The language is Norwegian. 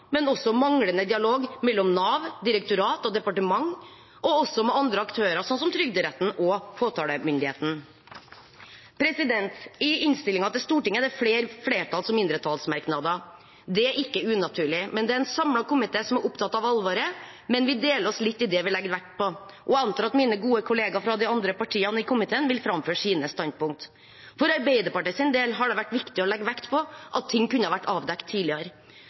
men også manglende dialog mellom Nav, direktorat og departement og med andre aktører, som Trygderetten og påtalemyndigheten. I innstillingen til Stortinget er det flere flertalls- og mindretallsmerknader. Det er ikke unaturlig. Det er en samlet komité som er opptatt av alvoret, men vi deler oss litt i hva vi legger vekt på. Jeg antar at mine gode kolleger fra de andre partiene i komiteen vil framføre sine standpunkt. For Arbeiderpartiet sin del har det vært viktig å legge vekt på at ting kunne vært avdekket tidligere.